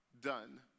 done